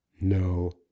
No